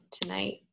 tonight